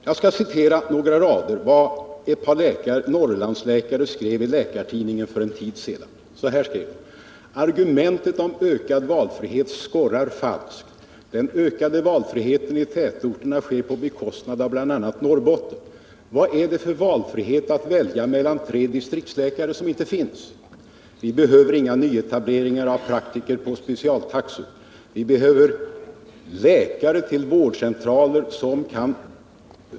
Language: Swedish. Jag skall citera några rader av vad ett par Norrlandsläkare skrev i Läkartidningen för en tid sedan: ”Argumentet om ökad valfrihet skorrar falskt — den ökade valfriheten i tätorterna sker på bekostnad av bl.a. den i Norrbotten. Vad är det för valfrihet att välja mellan tre distriktsläkare som inte finns? Vi behöver inga nyetableringar av praktiker på specialtaxor.